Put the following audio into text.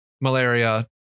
malaria